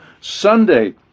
Sunday